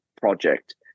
project